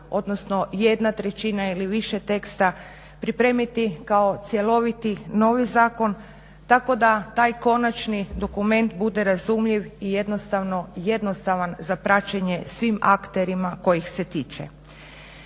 odnosno jedna trećina ili više teksta pripremiti kao cjeloviti novi zakon. Tako da taj konačni dokument bude razumljiv i jednostavan za praćenje svim akterima kojih se tiče.